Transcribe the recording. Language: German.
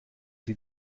sie